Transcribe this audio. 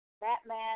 Batman